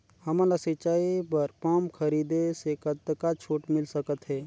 हमन ला सिंचाई बर पंप खरीदे से कतका छूट मिल सकत हे?